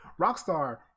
Rockstar